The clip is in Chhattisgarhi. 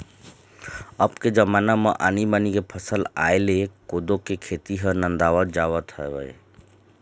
अब के जमाना म आनी बानी के फसल आय ले कोदो के खेती ह नंदावत जावत हवय